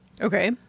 Okay